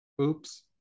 oops